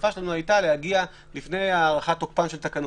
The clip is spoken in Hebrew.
השאיפה שלנו הייתה להגיע לפני הארכת תוקפן של תקנות,